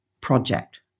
project